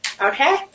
Okay